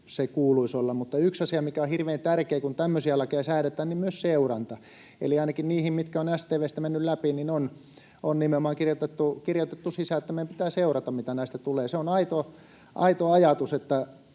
kuuluisi olla. Mutta yksi asia, mikä on hirveän tärkeä, kun tämmöisiä lakeja säädetään, on myös seuranta. Ainakin niihin, mitkä ovat StV:stä menneet läpi, on nimenomaan kirjoitettu sisään, että meidän pitää seurata, mitä näistä tulee. Se on aito ajatus, että